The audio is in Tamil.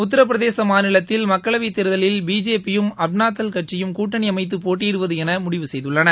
உத்தரப்பிரதேச மாநிலத்தில் மக்களவை தேர்தலில் பிஜேபியிள் அப்னாதல் கட்சியும் கூட்டணி அமைத்து போட்டியிடுவது என முடிவு செய்துள்ளன